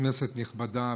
כנסת נכבדה,